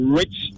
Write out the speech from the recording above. rich